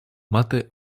мати